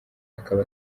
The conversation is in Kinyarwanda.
akaba